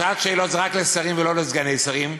שעת שאלות זה רק לשרים, ולא לסגני שרים.